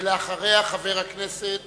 ולאחריה, חבר הכנסת